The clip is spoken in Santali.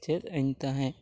ᱪᱮᱫ ᱟᱹᱧ ᱛᱟᱦᱮᱸᱫ